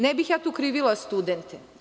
Ne bih tu krivila studente.